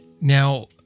Now